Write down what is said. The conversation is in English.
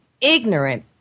ignorant